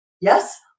Yes